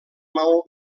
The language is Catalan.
maó